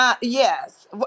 yes